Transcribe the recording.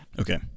Okay